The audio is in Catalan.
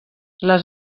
les